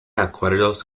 acuerdos